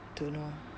don't know